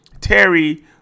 Terry